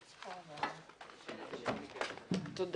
הישיבה ננעלה בשעה 12:02.